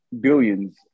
billions